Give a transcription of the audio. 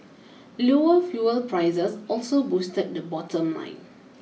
lower fuel prices also boosted the bottom line